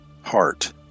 heart